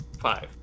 five